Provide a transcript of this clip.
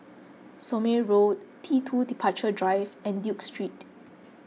Somme Road T two Departure Drive and Duke Street